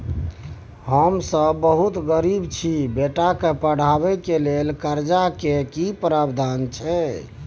हम सब बहुत गरीब छी, बेटा के पढाबै के लेल कर्जा के की प्रावधान छै?